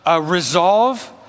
resolve